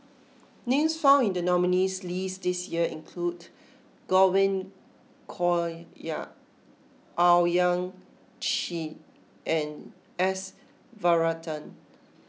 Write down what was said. names found in the nominees' list this year include Godwin Koay Owyang Chi and S Varathan